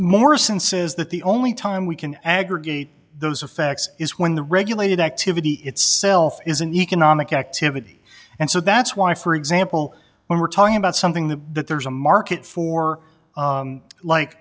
morrison says that the only time we can aggregate those effects is when the regulated activity itself is an economic activity and so that's why for example when we're talking about something that that there's a market for like